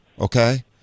Okay